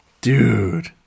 Dude